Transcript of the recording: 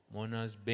Mona's